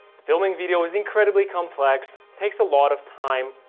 filming video is incredibly complex, takes a lot of time,